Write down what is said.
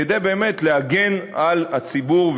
כדי באמת להגן על הציבור,